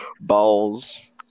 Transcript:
balls